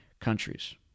countries